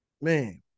Man